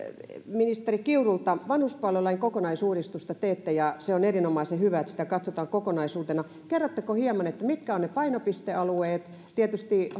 ministeri kiurulta vanhuspalvelulain kokonaisuudistusta teette ja on erinomaisen hyvä että sitä katsotaan kokonaisuutena kerrotteko hieman mitkä ovat ne painopistealueet tietysti